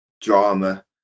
drama